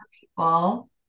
people